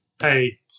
hey